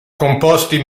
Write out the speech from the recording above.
composti